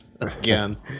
again